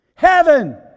heaven